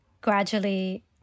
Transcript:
gradually